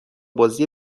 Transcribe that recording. بازی